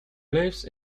lives